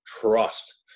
trust